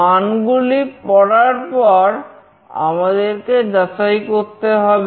মানগুলি পড়ার পর আমাদেরকে যাচাই করতে হবে